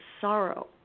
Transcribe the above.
sorrow